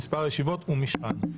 מספר הישיבות ומשכן.